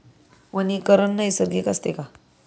वनीकरण नैसर्गिक असते का?